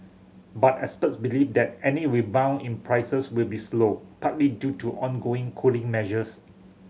but experts believe that any rebound in prices will be slow partly due to ongoing cooling measures